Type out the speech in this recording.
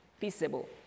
peaceable